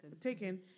Taken